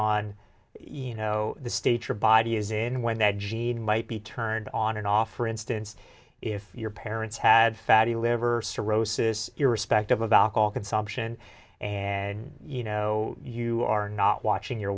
on you know the state your body is in when that gene might be turned on and off for instance if your parents had fatty liver cirrhosis irrespective of alcohol consumption and you know you are not watching your